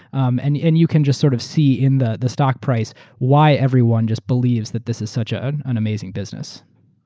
um and and you can just sort of see in the the stock price why everyone just believes that this is such ah an an amazing business.